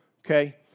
Okay